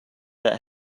that